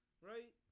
right